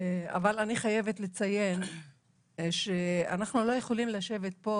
אבל אני חייבת לציין שאנחנו לא יכולים לשבת פה